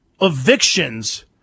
evictions